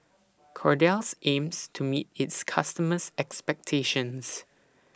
Kordel's aims to meet its customers' expectations